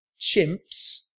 chimps